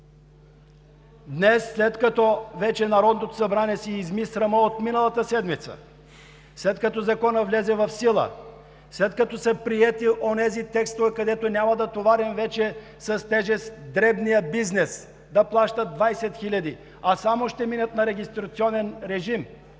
Днес, след като вече Народното събрание си изми срама от миналата седмица, след като Законът влезе в сила, след като са приети онези текстове, където няма да товарим вече с тежест дребния бизнес – да плащат 20 000, а само ще минат на регистрационен режим,